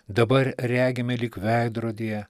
dabar regime lyg veidrodyje